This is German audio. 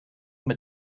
mit